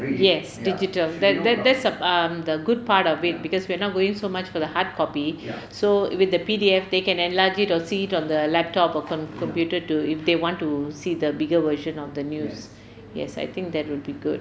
yes digital that that that's the um the good part of it because we're not going so much for the hardcopy so with the P_D_F they can enlarge it or see it on the laptop or open computer to if they want to see the bigger version of the news yes I think that would be good